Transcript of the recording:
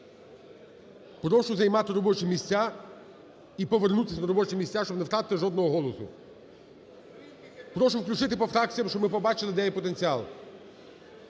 Прошу займати робочі місця і повернутися на робочі місця, щоб не втратити жодного голосу. Прошу включити по фракціям, щоб ми побачили де є потенціал.